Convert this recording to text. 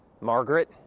Margaret